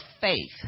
faith